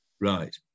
Right